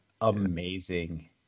amazing